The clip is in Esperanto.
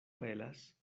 pelas